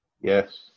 Yes